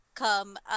Come